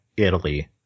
italy